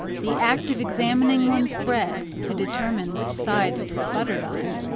the act of examining one's bread to determine which side it is buttered on.